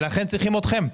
ולכן צריכים אתם.